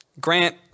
Grant